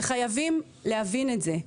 וחייבים להבין את זה.